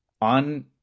on